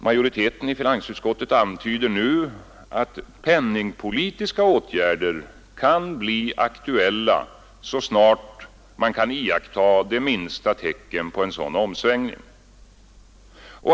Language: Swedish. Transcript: Majoriteten i finansutskottet antyder nu att penningpolitiska åtgärder kan bli aktuella så snart man kan iaktta det minsta tecken på en sådan omsvängning.